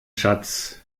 schatz